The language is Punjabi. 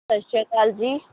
ਸਤਿ ਸ਼੍ਰੀ ਅਕਾਲ ਜੀ